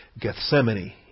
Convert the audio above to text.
Gethsemane